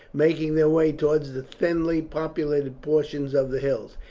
making their way towards the thinly populated portions of the hills.